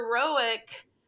heroic